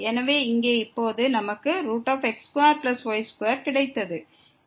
எனவே இங்கே இப்போது நமக்கு x2y2 கிடைத்தது